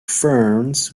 ferns